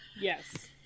Yes